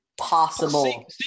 possible